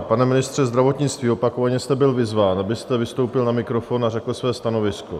Pane ministře zdravotnictví, opakovaně jste byl vyzván, abyste vystoupil na mikrofon a řekl své stanovisko.